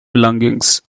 belongings